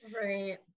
Right